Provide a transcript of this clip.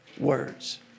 Words